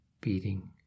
beating